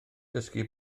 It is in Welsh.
dysgu